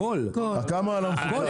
הכול, כל השוק.